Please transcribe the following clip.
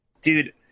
dude